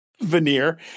Veneer